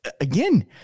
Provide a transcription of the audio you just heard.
Again